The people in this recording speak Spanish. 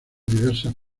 diversas